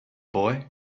boy